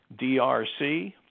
DRC